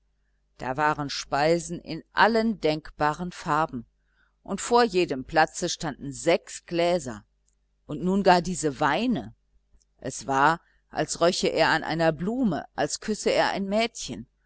da waren speisen in allen denkbaren farben und vor jedem platze standen sechs gläser und nun gar diese weine es war als röche er an einer blume als küsse er ein mädchen